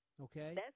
Okay